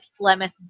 Flemeth